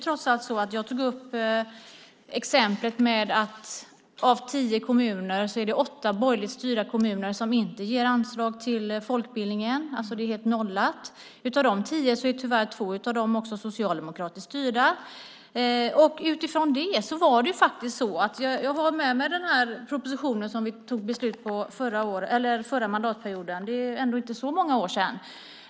Jag tog upp exemplet att av tio kommuner ger åtta borgerligt styrda kommuner inte anslag till folkbildningen. Det är alltså helt nollat. Av dessa tio är tyvärr två socialdemokratiskt styrda. Jag har med mig den proposition som vi tog beslut om under den förra mandatperioden. Det är trots allt inte så många år sedan.